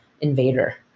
invader